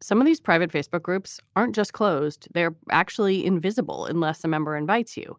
some of these private facebook groups aren't just closed. they're actually invisible unless a member invites you.